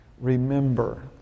Remember